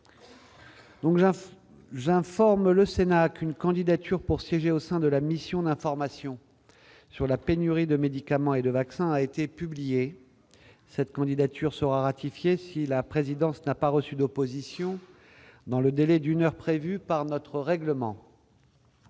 J'informe le Sénat qu'une candidature pour siéger au sein de la mission d'information sur la pénurie de médicaments et de vaccins a été publiée. Cette candidature sera ratifiée si la présidence n'a pas reçu d'opposition dans le délai d'une heure prévu par notre règlement.